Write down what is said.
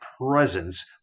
presence